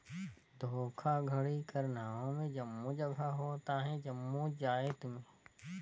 धोखाघड़ी कर नांव में जम्मो जगहा होत अहे जम्मो जाएत में